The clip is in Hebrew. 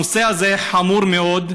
הנושא הזה חמור מאוד.